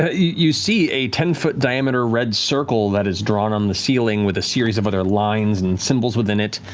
ah you see a ten foot diameter red circle that is drawn on the ceiling with a series of other lines and symbols within it,